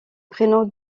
prénom